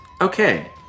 Okay